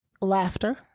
laughter